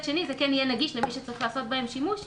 שני זה יהיה נגיש למי שצריך לעשות שימוש בתכשיר,